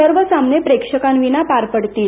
सर्व सामने प्रेक्षकांशिवाय पार पडतील